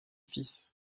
fis